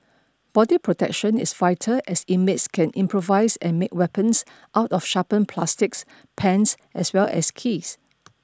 body protection is vital as inmates can improvise and make weapons out of sharpened plastics pens as well as keys